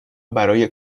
برای